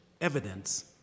evidence